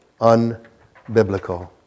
unbiblical